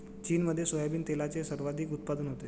चीनमध्ये सोयाबीन तेलाचे सर्वाधिक उत्पादन होते